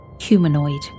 humanoid